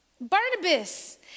Barnabas